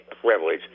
privilege